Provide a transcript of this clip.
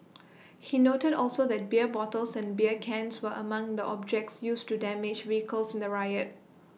he noted also that beer bottles and beer cans were among the objects used to damage vehicles in the riot